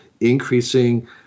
increasing